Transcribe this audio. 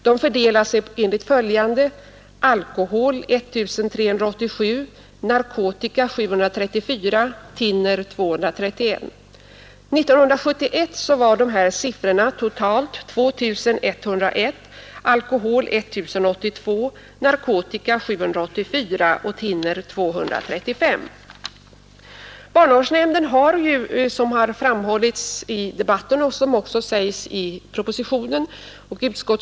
Dessa fördelade sig enligt följande: Som framgått av debatten och som också sägs i propositionen och i utskottets betänkande har barnavårdsnämnden möjlighet att medelst tvång omhänderta barn och ungdom.